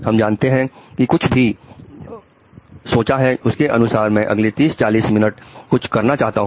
हमने जो कुछ भी सोचा है उसके अनुसार मैं जो अगले 30 40 मिनट कुछ करना चाहता हूं